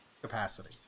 Capacity